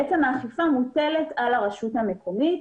בעצם האכיפה מוטלת על הרשות המקומית,